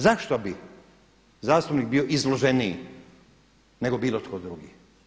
Zašto bi zastupnik bio izloženiji nego bilo tko drugi.